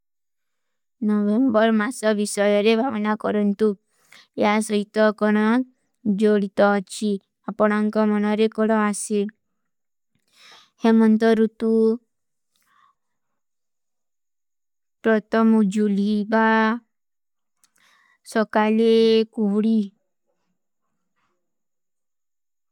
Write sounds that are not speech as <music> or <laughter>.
ନୁଵେଂବର ମାସା ଵିଶାଯରେ ଭାଵନା କରନ୍ତୁ, ଯହାଁ ସୋଈତା କରନା ଜୋଲୀତା ଚୀ, ଅପନାଂକା ମନାରେ କୋଲା ଆସିର। ହେମନ୍ତରୁତୁ <hesitation> ତୁରତମୁ ଜୁଲୀବା ସକାଲେ କୁଵରୀ।